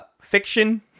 fiction